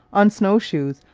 on snow-shoes,